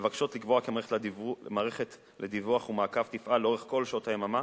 המבקשת לקבוע כי מערכת לדיווח ומעקב תפעל לאורך כל שעות היממה,